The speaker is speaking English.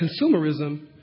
consumerism